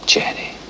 Jenny